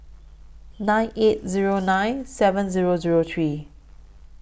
nine eight Zero nine seven Zero Zero three